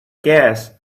guess